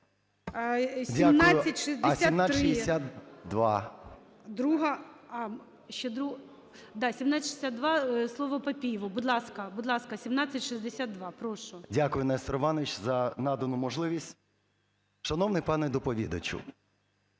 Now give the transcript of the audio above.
Дякую, Нестор Іванович, за надану можливість. Шановний пане доповідачу,